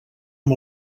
amb